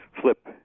flip